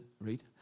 read